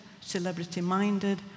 celebrity-minded